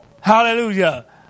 Hallelujah